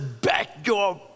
backyard